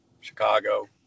Chicago